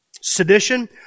Sedition